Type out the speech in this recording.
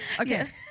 okay